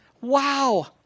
Wow